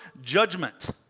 judgment